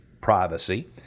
privacy